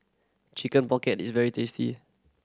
Chicken Pocket is very tasty